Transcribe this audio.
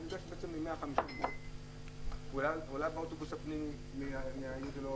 הוא נפגש עם 150. הוא עלה באוטובוס הפנימי מהעיר שלו,